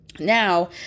now